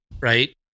right